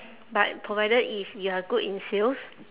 but provided if you are good in sales